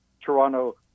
toronto